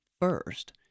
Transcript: first